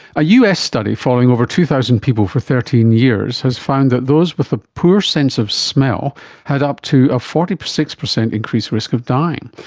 a us study following over two thousand people for thirteen years has found that those with a poor sense of smell had up to a forty six percent increased risk of dying.